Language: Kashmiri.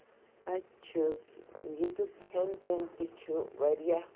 اَتہِ چھِ ییٚتُک کھٮ۪ن چٮ۪ن تہِ چھُ واریاہ